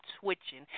twitching